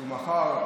שהוא מחר,